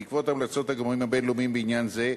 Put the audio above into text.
בעקבות המלצות הגורמים הבין-לאומיים בעניין זה,